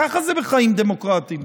ככה זה בחיים דמוקרטיים.